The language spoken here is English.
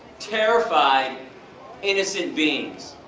terrified innocent beings.